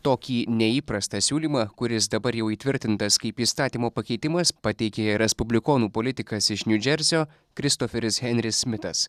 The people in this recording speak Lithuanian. tokį neįprastą siūlymą kuris dabar jau įtvirtintas kaip įstatymo pakeitimas pateikė respublikonų politikas iš niu džersio kristoferis henris smitas